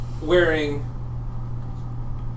wearing